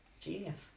genius